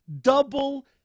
Double